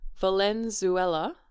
Valenzuela